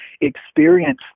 experience